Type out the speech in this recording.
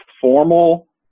formal